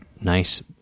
nice